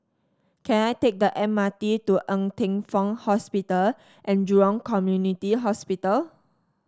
can I take the M R T to Ng Teng Fong Hospital and Jurong Community Hospital